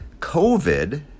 COVID